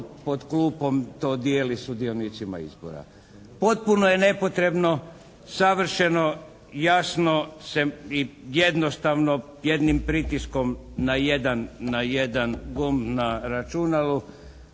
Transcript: pod klupom to dijeli sudionicima izbora. Potpuno je nepotrebno savršeno jasno se i jednostavno jednim pritiskom na jedan, na jedan gumb na računalu